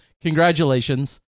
congratulations